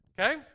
okay